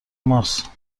ماست